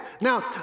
Now